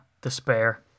despair